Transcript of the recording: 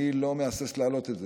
אני לא מהסס להעלות את זה,